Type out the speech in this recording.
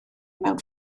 mewn